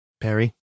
Perry